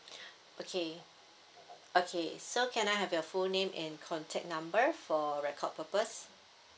okay okay so can I have your full name and contact number for record purpose